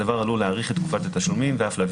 הדבר עלול להאריך את תקופת התשלומים ואף להביא